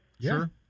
Sure